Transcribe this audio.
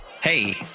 Hey